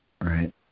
right